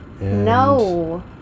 No